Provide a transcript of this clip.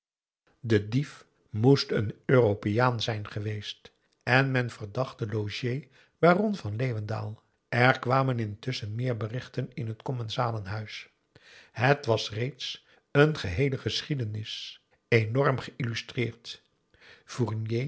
de dief moest een europeaan zijn geweest en men verdacht den logé baron van leeuwendaal er kwamen intusschen meer berichten in het commensalenhuis het was reeds een geheele geschiedenis enorm geïllustreerd